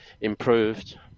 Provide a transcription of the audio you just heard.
improved